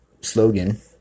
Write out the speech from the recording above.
slogan